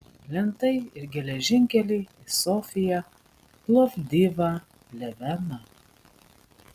plentai ir geležinkeliai į sofiją plovdivą pleveną